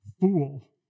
fool